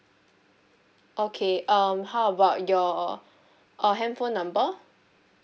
okay um how about your uh handphone number